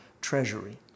treasury